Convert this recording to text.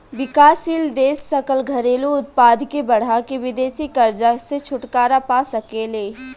विकासशील देश सकल घरेलू उत्पाद के बढ़ा के विदेशी कर्जा से छुटकारा पा सके ले